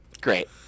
Great